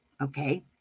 okay